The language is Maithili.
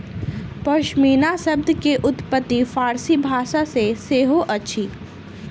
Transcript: पश्मीना शब्द के उत्पत्ति फ़ारसी भाषा सॅ सेहो अछि